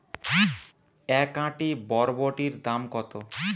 এক আঁটি বরবটির দাম কত?